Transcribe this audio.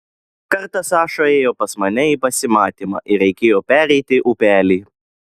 kartą saša ėjo pas mane į pasimatymą ir reikėjo pereiti upelį